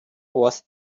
was